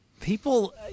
people